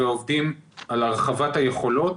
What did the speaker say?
ועובדים על הרחבת היכולות